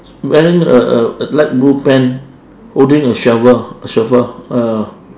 wearing a a a light blue pant holding a shovel shovel ah